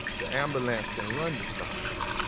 the ambulance can run the stoplight